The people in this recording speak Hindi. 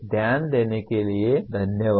ध्यान देने के लिये धन्यवाद